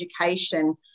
education